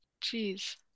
Jeez